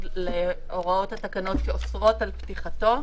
להוראות התקנות שאוסרות על פתיחתו,